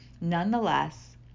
Nonetheless